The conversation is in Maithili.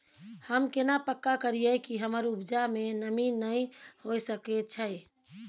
हम केना पक्का करियै कि हमर उपजा में नमी नय होय सके छै?